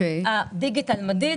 הדיגיטל מדיד